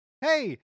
hey